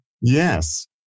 Yes